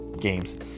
games